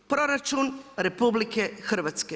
Proračun RH.